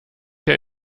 der